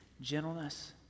gentleness